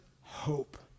hope